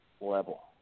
level